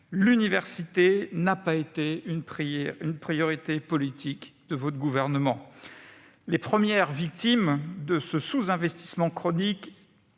L'université n'a pas été une priorité politique de votre gouvernement ! Les premières victimes de ce sous-investissement chronique